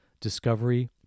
discovery